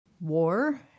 War